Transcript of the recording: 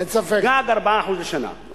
גג 4% לשנה.